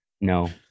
No